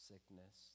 Sickness